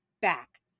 back